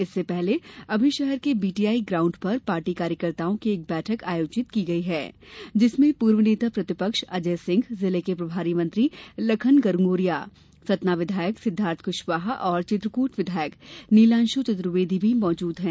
इससे पहले अभी शहर के बीटीआई ग्राउण्ड पर पार्टी कार्यकर्ताओं की एक बैठक आयोजित की गई है जिसमें पूर्व नेता प्रतिपक्ष अजय सिंह जिले के प्रभारी मंत्री लखन घनघोरिया सतना विधायक सिद्वार्थ कशवाहा और चित्रकट विधायक नीलांश चतुर्वेदी भी मौजूद हैं